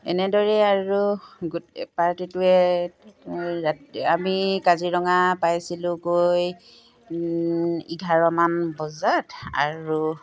এনেদৰেই আৰু গোটেই পাৰ্টিটোৱে আমি কাজিৰঙা পাইছিলোঁ গৈ এঘাৰমান বজাত আৰু